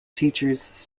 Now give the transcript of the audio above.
teachers